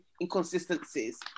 inconsistencies